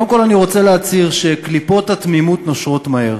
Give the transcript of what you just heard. קודם כול אני רוצה להצהיר שקליפות התמימות נושרות מהר.